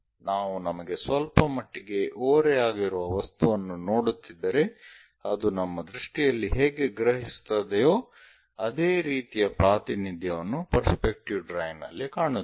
ನಾವು ನಮಗೆ ಸ್ವಲ್ಪಮಟ್ಟಿಗೆ ಓರೆಯಾಗಿರುವ ವಸ್ತುವನ್ನು ನೋಡುತ್ತಿದ್ದರೆ ಅದು ನಮ್ಮ ದೃಷ್ಟಿಯಲ್ಲಿ ಹೇಗೆ ಗ್ರಹಿಸುತ್ತದೆಯೋ ಅದೇ ರೀತಿಯ ಪ್ರಾತಿನಿಧ್ಯವನ್ನು ಪೆರ್ಸ್ಪೆಕ್ಟಿವ್ ಡ್ರಾಯಿಂಗ್ ನಲ್ಲಿ ಕಾಣುತ್ತೇವೆ